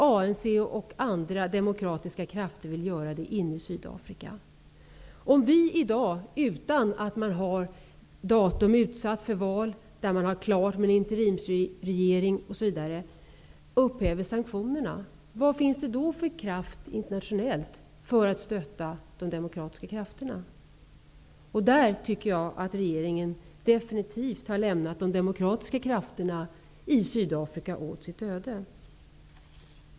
ANC och andra vill göra det inne i Sydafrika. Om vi i dag, utan att ett datum för val är utsatt och utan att det är klart med en interimsregering osv., upphäver sanktionerna, vad finns det då för internationell kraft för att ge stöd åt de demokratiska krafterna i Sydafrika? Jag tycker att regeringen definitivt har lämnat de demokratiska krafterna i Sydafrika åt sitt öde.